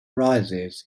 rises